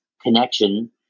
connection